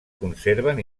conserven